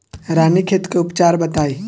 रानीखेत के उपचार बताई?